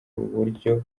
uburyo